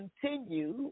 continue